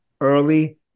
Early